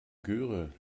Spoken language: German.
göre